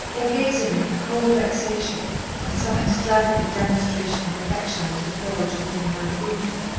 or gazing with cold vexation on some extravagant demonstration of affection that had failed to win her approval.